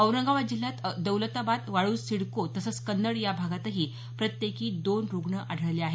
औरंगाबाद जिल्ह्यात दौलताबाद वाळूज सिडको तसंच कन्नड या भागातही प्रत्येकी दोन रुग्ण आढळले आहेत